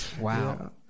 Wow